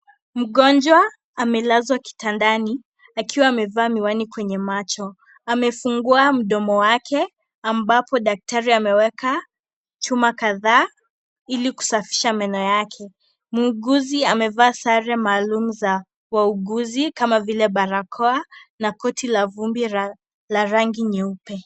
Mgonjwa amelazwa kitandani akiwa amevaa miwani kwenye macho. Amefungua mdomo wake ambapo daktari hameweka chuma kathaa ili kusafisha meno yake. Muuguzi amevaa sare maalum za wauguzi kama vile barakoa na koti la vumbi la rangi nyeupe.